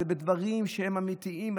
אלה דברים שהם אמיתיים,